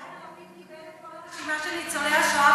יאיר לפיד קיבל את כל הרשימה של ניצולי השואה,